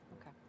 Okay